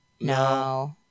No